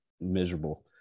miserable